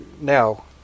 now